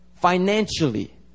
financially